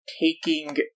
Taking